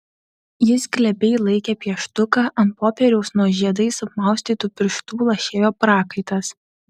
jis glebiai laikė pieštuką ant popieriaus nuo žiedais apmaustytų pirštų lašėjo prakaitas